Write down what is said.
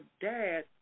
dad